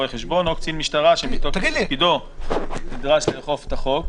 רואה חשבון או קצין משטרה שמתוקף תפקידו נדרש לאכוף את החוק.